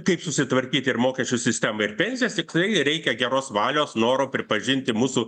kaip susitvarkyti ir mokesčių sistemą ir pensijas tiktai reikia geros valios noro pripažinti mūsų